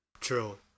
True